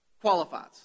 qualifies